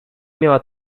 miała